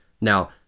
Now